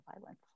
violence